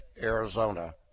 Arizona